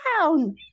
down